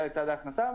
אלא לצד ההכנסה,